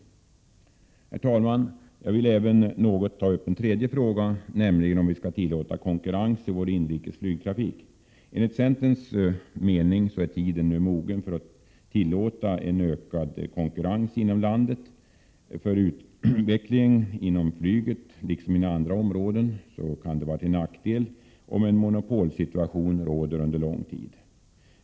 Herr talman! Jag vill även något ta upp en tredje fråga, nämligen frågan om vi skall tillåta konkurrens i vår inrikes flygtrafik. Enligt centerns mening är tiden nu mogen för att tillåta en ökad konkurrens inom landet. För utvecklingen kan det inom flyget liksom inom andra områden vara till nackdel om en monopolsituation råder under lång tid.